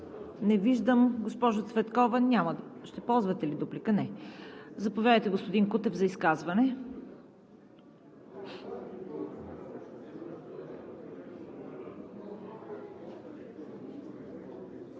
Не виждам. Госпожо Цветкова, ще ползвате ли дуплика? Не. Заповядайте, господин Кутев, за изказване.